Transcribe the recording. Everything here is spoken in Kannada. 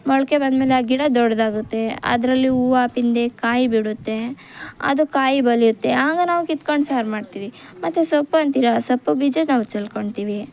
ಮೊಳ್ಕೆ ಬಂದ್ಮೇಲೆ ಆ ಗಿಡ ದೊಡ್ದಾಗುತ್ತೆ ಅದ್ರಲ್ಲಿ ಊವ ಕಾಯಿ ಬಿಡುತ್ತೆ ಅದು ಕಾಯಿ ಬಲಿಯುತ್ತೆ ಆಗ ನಾವು ಕಿತ್ಕೊಂಡು ಸಾರು ಮಾಡ್ತೀವಿ ಮತ್ತೆ ಸೊಪ್ಪು ಅಂತೀರ ಸೊಪ್ಪು ಬೀಜ ನಾವು ಚೆಲ್ಕೊಳ್ತೀವಿ